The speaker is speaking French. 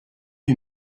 lui